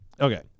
okay